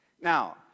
Now